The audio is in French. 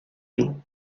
dos